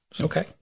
Okay